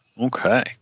Okay